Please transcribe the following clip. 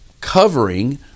covering